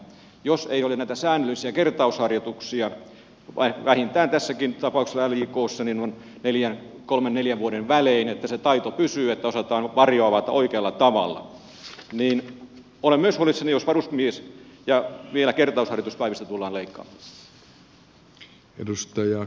jos ei ole näitä säännöllisiä kertausharjoituksia tässäkin tapauksessa ljkssa on vähintään kolmen neljän vuoden välein että se taito pysyy että osataan varjo avata oikealla tavalla niin olen myös huolissani jos varusmies ja vielä kertausharjoituspäivistä tullaan leikkaamaan